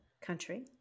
Country